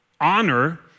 honor